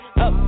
up